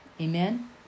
Amen